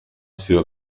für